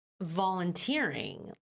volunteering